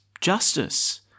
justice